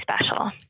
special